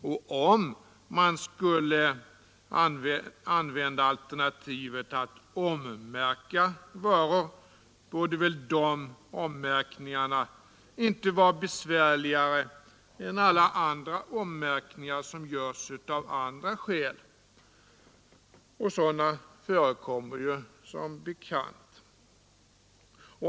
Och om man skall använda alternativet att märka om varor, så borde väl de ommärkningarna inte vara besvärligare än alla andra ommärkningar som görs av andra skäl. Sådana förekommer som bekant.